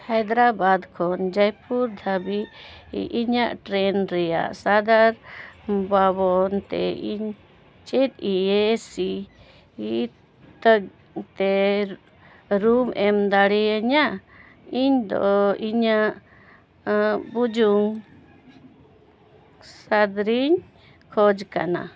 ᱦᱟᱭᱫᱨᱟᱵᱟᱫ ᱠᱷᱚᱱ ᱡᱚᱭᱯᱩᱨ ᱫᱷᱟᱹᱵᱤᱡ ᱤᱧᱟᱹᱜ ᱴᱨᱮᱱ ᱨᱮᱭᱟᱜ ᱥᱟᱸᱜᱷᱟᱨ ᱵᱟᱵᱚᱫᱼᱛᱮ ᱤᱧ ᱪᱮᱫ ᱮ ᱥᱤ ᱦᱚᱛᱮᱡ ᱛᱮ ᱨᱩᱢ ᱮᱢ ᱫᱟᱲᱮᱭᱤᱧᱟᱹ ᱤᱧᱫᱚ ᱤᱧᱟᱹᱜ ᱵᱩᱡᱩᱱ ᱥᱟᱫᱨᱤᱧ ᱠᱷᱚᱡᱽ ᱠᱟᱱᱟ